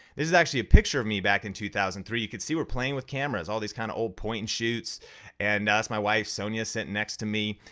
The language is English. this is actually a picture of me back in two thousand and three. you can see we're playing with cameras all these kind of old point-and-shoots and that's my wife sonya sitting next to me.